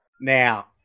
Now